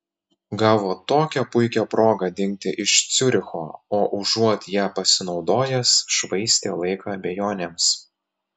gavo tokią puikią progą dingti iš ciuricho o užuot ja pasinaudojęs švaistė laiką abejonėms